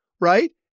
right